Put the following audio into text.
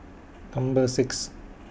Number six